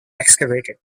excavated